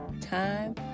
time